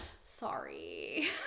Sorry